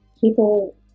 people